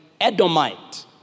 Edomite